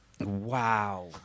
Wow